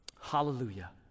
Hallelujah